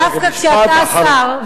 דווקא כשאתה שר,